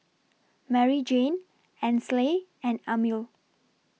Maryjane Ansley and Amil